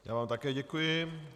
Já vám také děkuji.